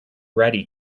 ready